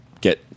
get